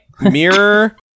mirror